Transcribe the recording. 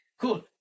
Cool